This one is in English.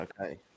okay